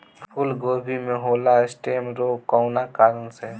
फूलगोभी में होला स्टेम रोग कौना कारण से?